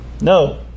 No